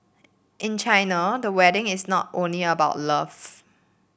in China the wedding is not only about love